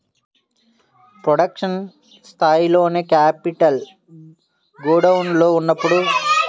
production స్థాయిలోనే capital గోడౌన్లలో ఉన్నప్పుడు కంపెనీ నెమ్మదిగా నష్టాలబాట పడతది